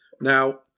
Now